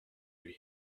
lui